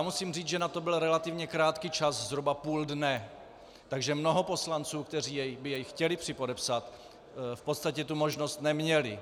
Musím říct, že na to byl relativně krátký čas, zhruba půl dne, takže mnoho poslanců, kteří by jej chtěli připodepsat, v podstatě tu možnost neměli.